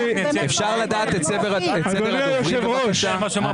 אדוני היושב ראש.